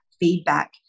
feedback